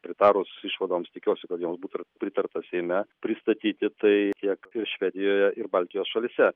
pritarus išvadoms tikiuosi kad joms būtų pritarta seime pristatyti tai tiek iš švedijoje ir baltijos šalyse